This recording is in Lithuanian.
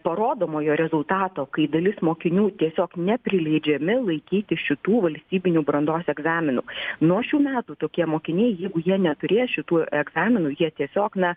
parodomojo rezultato kai dalis mokinių tiesiog neprileidžiami laikyti šitų valstybinių brandos egzaminų nuo šių metų tokie mokiniai jeigu jie neturės šitų egzaminų jie tiesiog na